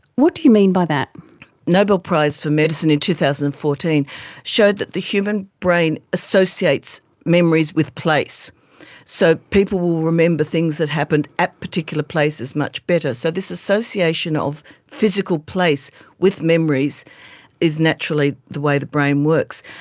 what do you mean by that? the nobel prize for medicine in two thousand and fourteen showed that the human brain associates memories with place so people will remember things that happened at particular places much better. so this association of physical place with memories is naturally the way the brain works.